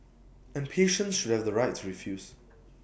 and patients should have the right to refuse